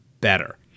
better